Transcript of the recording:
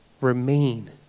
Remain